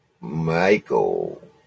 Michael